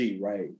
right